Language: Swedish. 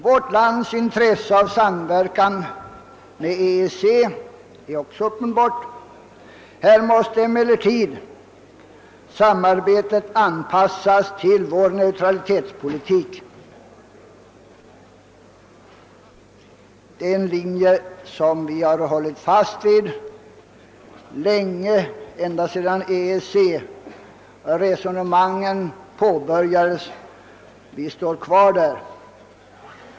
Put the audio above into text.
Vårt lands intresse av samverkan med EEC är också uppenbart. Här måste emellertid samarbetet anpassas till vår neutralitetspolitik. Det är en linje som vi har hållit fast vid ända sedan EEC resonemangen påbörjades. Vi står kvar där.